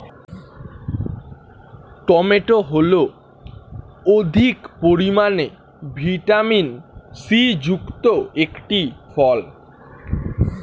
tomato হল অধিক পরিমাণে ভিটামিন সি যুক্ত একটি ফল